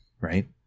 right